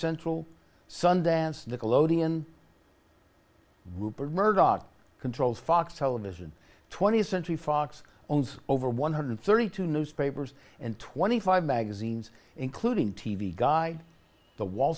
central sundance the collodion rupert murdoch controls fox television th century fox owns over one hundred and thirty two newspapers and twenty five magazines including t v guide the wall